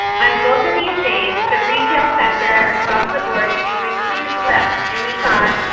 on both of these days the retail sector across the board sees a huge lift. and we thought,